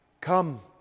Come